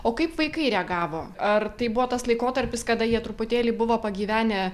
o kaip vaikai reagavo ar tai buvo tas laikotarpis kada jie truputėlį buvo pagyvenę